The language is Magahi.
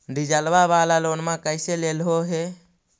डीजलवा वाला लोनवा कैसे लेलहो हे?